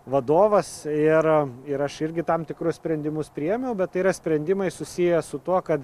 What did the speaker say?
vadovas ir ir aš irgi tam tikrus sprendimus priėmiau bet tai yra sprendimai susiję su tuo kad